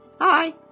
Hi